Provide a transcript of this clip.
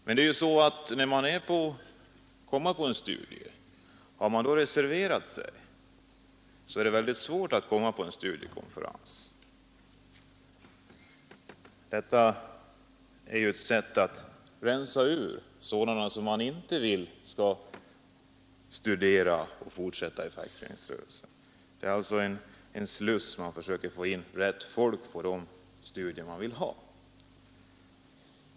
Om man har reserverat sig mot mediemskap i det socialdemokratiska partiet är det väldigt svårt att komma med på en studiekonferens. Det är ett sätt att rensa ut sådana som man inte vill skall studera och fortsätta i fackföreningsrörelsen. Det är alltså en sluss — man försöker få in rätt folk på de studiekonferenser man har.